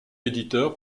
éditeur